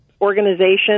organization